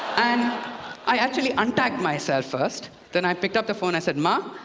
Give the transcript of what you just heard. um i actually untagged myself first, then i picked up the phone. i said, mom,